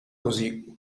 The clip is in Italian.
così